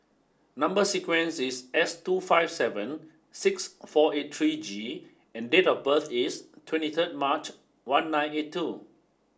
number sequence is S two five seven six four eight three G and date of birth is twenty third March one nine eighty two